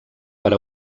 per